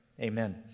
amen